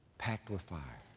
packed with fire.